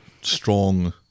strong